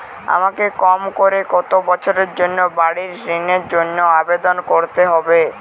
আমাকে কম করে কতো বছরের জন্য বাড়ীর ঋণের জন্য আবেদন করতে হবে?